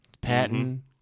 Patton